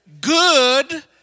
Good